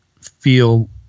feel